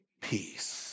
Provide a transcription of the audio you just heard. peace